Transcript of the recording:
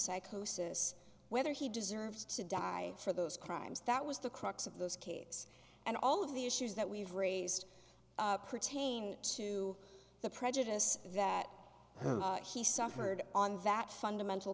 psychosis whether he deserves to die for those crimes that was the crux of those caves and all of the issues that we've raised pertain to the prejudice that he suffered on that fundamental